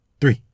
three